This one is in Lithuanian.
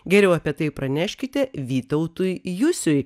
geriau apie tai praneškite vytautui jusiui